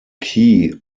key